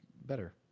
better